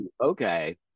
okay